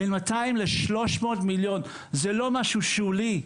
בין 200 ל- 300 מיליון, זה לא משהו שולי,